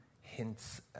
hints